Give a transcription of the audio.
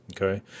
okay